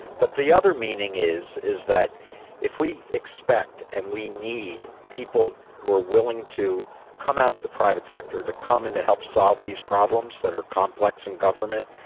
but the other meaning is, is that if we expect and we need people who are willing to come out to the private sector, to come in to help solve these problems that are complex and government,